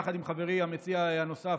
יחד עם חברי המציע הנוסף,